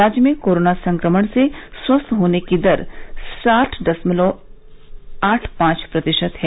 राज्य में कोरोना संक्रमण से स्वस्थ होने की दर साठ दशमलव आठ पांच प्रतिशत है